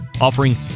Offering